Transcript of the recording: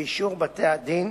באישור בתי-הדין,